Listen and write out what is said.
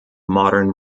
modern